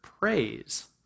praise